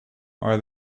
are